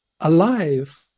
alive